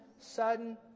sudden